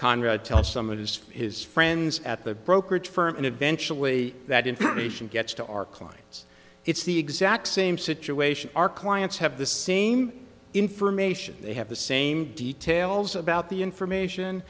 conrad tells some of his his friends at the brokerage firm and eventually that information gets to our clients it's the exact same situation our clients have the same information they have the same details about the information